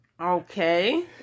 Okay